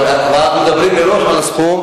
אבל אנחנו מדברים על סכום,